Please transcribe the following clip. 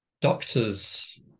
doctors